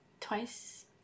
twice